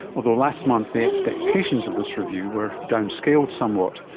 although last month the expectations of this review were downscaled somewhat.